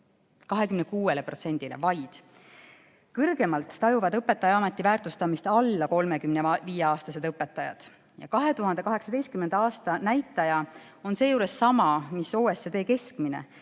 26%‑le! Kõrgemalt tajuvad õpetajaameti väärtustamist alla 35‑aastased õpetajad. 2018. aasta näitaja on seejuures sama mis OECD keskmine,